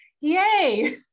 yay